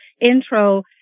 intro